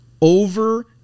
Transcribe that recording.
over